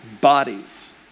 bodies